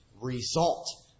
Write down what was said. result